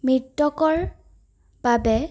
মৃতকৰ বাবে